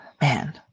Man